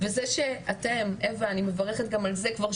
הוא שגם איסוף הנתונים הסטטיסטיים הוא ממש לא טוב,